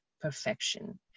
perfection